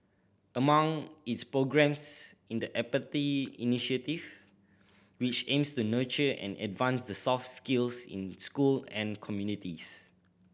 among its programmes in the Empathy Initiative which aims to nurture and advance the soft skills in school and communities